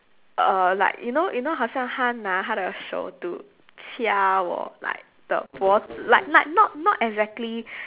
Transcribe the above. uh like you know you know 好像她拿她的手 to 掐我 like 的脖子 like like not not exactly